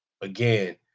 again